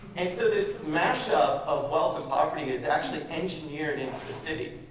and so this mash up of wealth and poverty is actually engineered into the city,